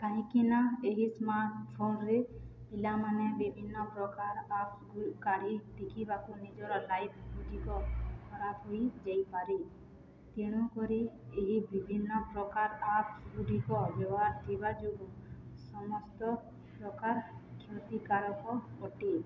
କାହିଁକିନା ଏହି ସ୍ମାର୍ଟଫୋନ୍ରେ ପିଲାମାନେ ବିଭିନ୍ନ ପ୍ରକାର ଆପ୍ସ କାଢ଼ି ଦେଖିବାକୁ ନିଜର ଲାଇଫ୍ ଗୁଡ଼ିକ ଖରାପ ହୋଇଯାଇପାରେ ତେଣୁକରି ଏହି ବିଭିନ୍ନ ପ୍ରକାର ଆପ୍ସ ଗୁଡ଼ିକ ବ୍ୟବହାର ଥିବା ଯୋଗୁଁ ସମସ୍ତ ପ୍ରକାର କ୍ଷତିକାରକ ଅଟେ